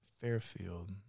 Fairfield